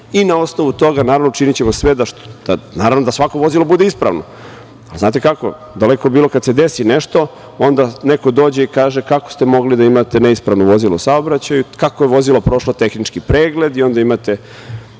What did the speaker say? i na osnovu toga naravno učinićemo sve da svako vozilo bude ispravno. Znate kako, daleko bilo, kada se desi nešto, onda neko dođe i kaže – kako ste mogli da imate neispravno vozilo u saobraćaju i kako je vozilo prošlo tehnički pregled i onda imate